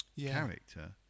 character